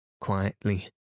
quietly